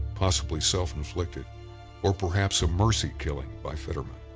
possibly self-inflicted or perhaps a mercy killing by fetterman.